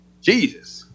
Jesus